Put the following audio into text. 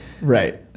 right